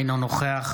אינו נוכח